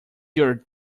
your